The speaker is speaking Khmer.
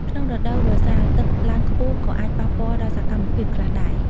ក្នុងរដូវវស្សា ទឹកឡើងខ្ពស់ក៏អាចប៉ះពាល់ដល់សកម្មភាពខ្លះដែរ។